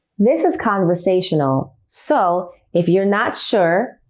this is conversational, so if you're not sure,